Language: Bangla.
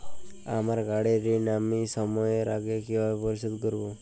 আমার গাড়ির ঋণ আমি সময়ের আগে কিভাবে পরিশোধ করবো?